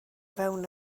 fewn